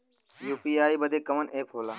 UPI बदे कवन app होला?